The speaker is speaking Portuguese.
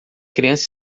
criança